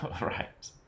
Right